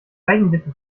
eigentliche